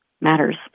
matters